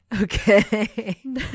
Okay